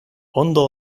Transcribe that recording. ondo